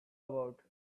about